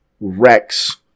rex